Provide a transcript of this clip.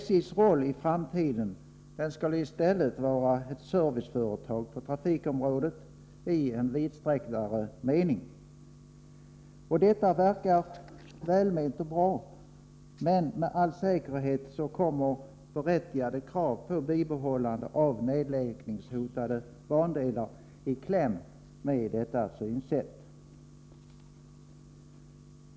SJ:s roll i framtiden skall i stället vara ett serviceföretag på trafikområdet i mer vidsträckt mening. Detta verkar välment och bra, men med all säkerhet kommer berättigade krav på bibehållande av nedläggningshotade bandelar i kläm med detta synsätt.